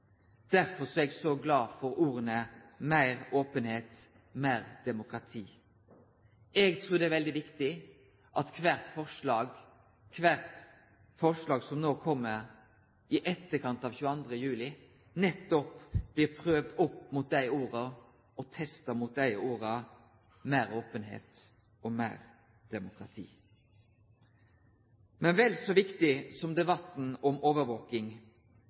er eg så glad for orda «meir openheit, meir demokrati». Eg trur det er veldig viktig at kvart forslag som kjem i etterkant av 22. juli, nettopp blir prøvd opp mot og testa mot orda «meir openheit, meir demokrati». Men vel så viktig som debatten om overvaking